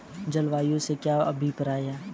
जलवायु से क्या अभिप्राय है?